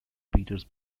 peters